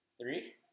Three